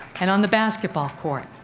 and on the basketball court,